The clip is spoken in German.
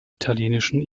italienischen